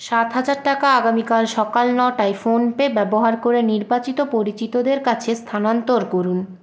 সাত হাজার টাকা আগামীকাল সকাল নটায় ফোনপে ব্যবহার করে নির্বাচিত পরিচিতদের কাছে স্থানান্তর করুন